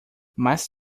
mais